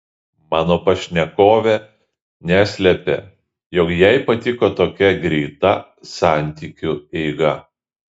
mano pašnekovė neslepia jog jai patiko tokia greita santykiu eiga